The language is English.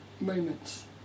moments